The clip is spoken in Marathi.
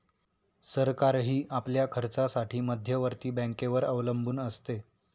सरकारही आपल्या खर्चासाठी मध्यवर्ती बँकेवर अवलंबून असते